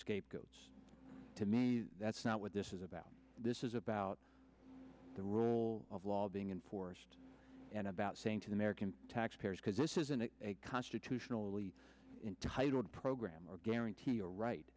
scapegoats to me that's not what this is about this is about the rule of law being enforced and about saying to the american taxpayers because this isn't a constitutionally entitled program or guarantee a right